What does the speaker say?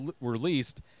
released